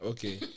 Okay